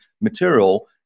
material